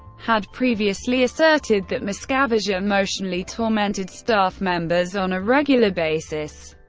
had previously asserted that miscavige emotionally tormented staff members on a regular basis.